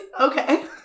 Okay